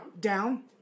Down